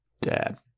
Dad